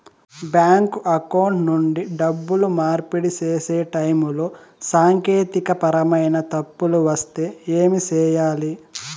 bank account నుండి డబ్బులు మార్పిడి సేసే టైములో సాంకేతికపరమైన తప్పులు వస్తే ఏమి సేయాలి